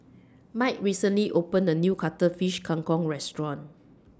Mike recently opened A New Cuttlefish Kang Kong Restaurant